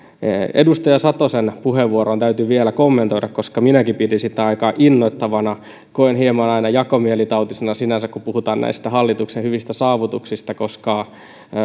edustaja satosen puheenvuoroa täytyy vielä kommentoida koska minäkin pidin sitä aika innoittavana koen aina hieman jakomielitautisena sinänsä sen kun puhutaan näistä hallituksen hyvistä saavutuksista koska